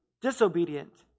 disobedient